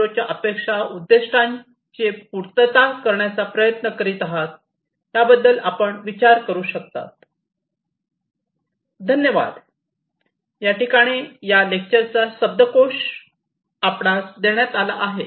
0 च्या अपेक्षा व उद्दीष्टांचे पूर्तता करण्याचा प्रयत्न करीत आहात याबद्दल आपण विचार करू शकता